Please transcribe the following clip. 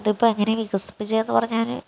അത് ഇപ്പോൾ എങ്ങനെയാണ് വികസിപ്പിച്ചത് എന്ന് പറഞ്ഞാൽ